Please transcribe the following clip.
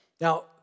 Now